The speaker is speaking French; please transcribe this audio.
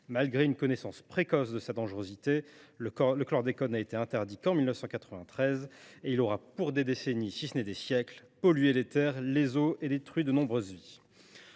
Malgré une connaissance précoce de sa dangerosité, le chlordécone n’a été interdit qu’en 1993 ; en attendant, il aura, pour des décennies, si ce n’est des siècles, pollué les terres et les eaux et détruit de nombreuses vies.